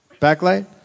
Backlight